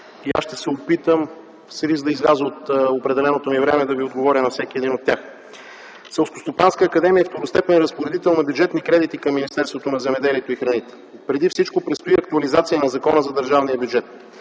Аз ще се опитам, с риск да изляза от определеното ми време, да отговоря на всеки един от тях. Селскостопанската академия е второстепенен разпоредител на бюджетни кредити към Министерството на земеделието и храните. Преди всичко предстои актуализация на Закона за държавния бюджет.